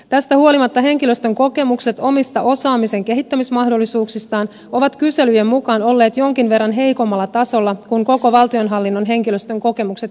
tästä huolimatta henkilöstön kokemukset omista osaamisen kehittämismahdollisuuksista ovat kyselyjen mukaan olleet jonkin verran heikommalla tasolla kuin koko valtionhallinnon henkilöstön kokemukset keskimäärin